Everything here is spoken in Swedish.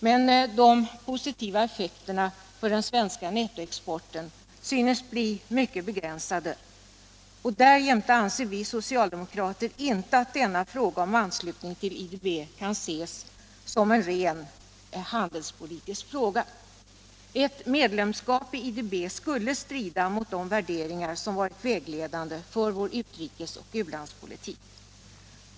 Men de positiva effekterna för den svenska exporten synes bli mycket begränsade, och därjämte anser vi socialdemokrater inte att denna fråga om anslutning till IDB kan ses som en ren handelspolitisk fråga. Ett medlemskap i IDB skulle strida mot de värderingar som varit vägledande för vår utrikespolitik.